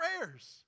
prayers